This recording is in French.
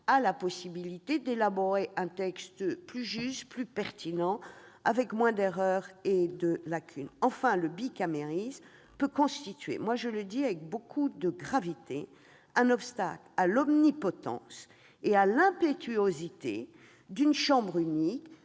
nécessaire à l'élaboration d'un texte plus juste, plus pertinent, comportant moins d'erreurs et de lacunes. Enfin, le bicamérisme peut constituer- je le dis avec beaucoup de gravité -un obstacle à l'omnipotence et à l'impétuosité d'une chambre unique